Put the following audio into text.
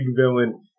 villain